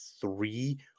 three